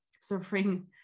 suffering